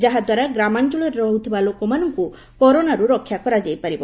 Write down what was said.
ଯାହାଦ୍ୱାରା ଗ୍ରାମାଞ୍ଚଳରେ ରହୁଥିବା ଲୋକମାନଙ୍କୁ କରୋନାରୁ ରକ୍ଷା କରାଯାଇପାରିବ